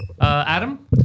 Adam